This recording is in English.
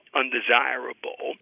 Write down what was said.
undesirable